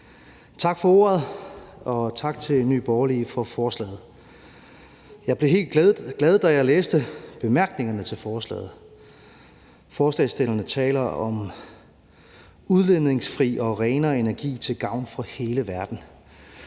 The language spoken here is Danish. Tak for ordet. Og tak til Nye Borgerlige for forslaget. Jeg blev helt glad, da jeg læste bemærkningerne til forslaget. Forslagsstillerne taler om udledningsfri og renere energi til gavn for hele verden.